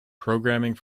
programming